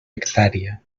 hectàrea